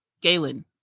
Galen